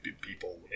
people